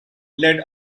led